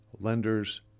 lenders